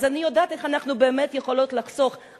אז אני יודעת איך אנחנו באמת יכולות לחסוך,